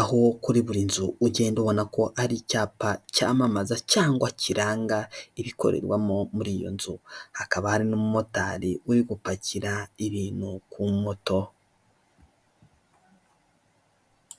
aho kuri buri nzu ugenda ubona ko hari icyapa cyamamaza cyangwa kiranga ibikorerwamo muri iyo nzu, hakaba hari n'umumotari uri gupakira ibintu ku moto.